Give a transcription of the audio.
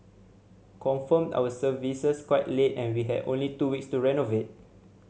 confirmed our services quite late and we had only two weeks to renovate